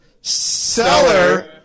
seller